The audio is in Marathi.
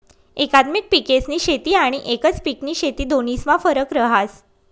एकात्मिक पिकेस्नी शेती आनी एकच पिकनी शेती दोन्हीस्मा फरक रहास